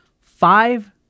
Five